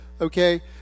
okay